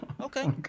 okay